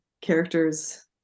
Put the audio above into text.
characters